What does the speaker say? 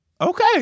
Okay